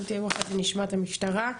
אחר כך נשמע את המשטרה.